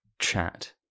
Chat